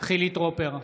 חילי טרופר,